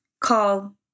call